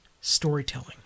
storytelling